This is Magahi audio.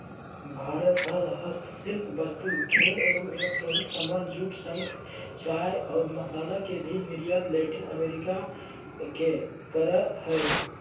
भारत हस्तशिल्प वस्तु, खेल एवं इलेक्ट्रॉनिक सामान, जूट, शंख, चाय और मसाला के भी निर्यात लैटिन अमेरिका मे करअ हय